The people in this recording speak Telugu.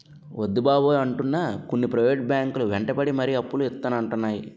వద్దు బాబోయ్ అంటున్నా కూడా కొన్ని ప్రైవేట్ బ్యాంకు లు వెంటపడి మరీ అప్పులు ఇత్తానంటున్నాయి